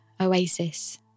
oasis